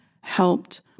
helped